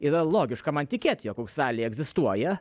yra logiška man tikėti jog australija egzistuoja